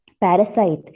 parasite